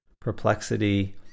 perplexity